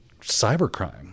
cybercrime